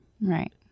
Right